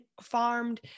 farmed